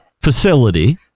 facility